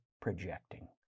projecting